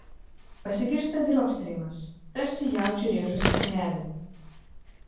pasigirsta driokstelėjimas tarsi jaučiui rėžusis į medį